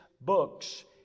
books